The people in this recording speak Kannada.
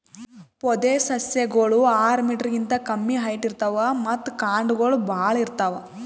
ಪೊದೆಸಸ್ಯಗೋಳು ಆರ್ ಮೀಟರ್ ಗಿಂತಾ ಕಮ್ಮಿ ಹೈಟ್ ಇರ್ತವ್ ಮತ್ತ್ ಕಾಂಡಗೊಳ್ ಭಾಳ್ ಇರ್ತವ್